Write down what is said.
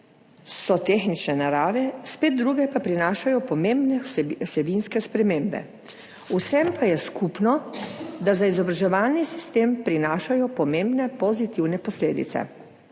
so tehnične narave, spet druge pa prinašajo pomembne vsebinske spremembe, vsem pa je skupno, da za izobraževalni sistem prinašajo pomembne pozitivne posledice.